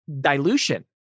dilution